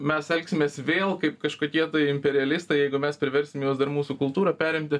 mes elgsimės vėl kaip kažkokie tai imperialistai jeigu mes priversim juos dar mūsų kultūrą perimti